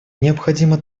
необходимо